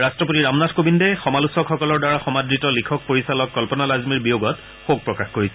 ৰাট্টপতি ৰামনাথ কোবিন্দে সমালোচকসকলৰ দ্বাৰা সমাদৃত লিখক পৰিচালক কল্পনা লাজমীৰ বিয়োগত শোক প্ৰকাশ কৰিছে